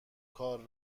کار